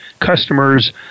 customers